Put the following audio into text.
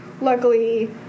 luckily